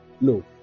no